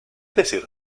decir